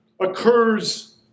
occurs